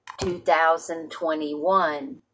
2021